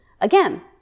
again